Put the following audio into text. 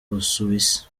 busuwisi